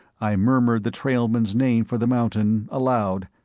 i murmured the trailman's name for the mountain, aloud,